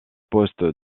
poste